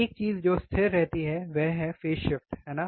एक चीज जो स्थिर रहती है वह है फेज शिफ्ट है ना